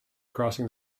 crossing